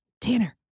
Tanner